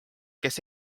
kes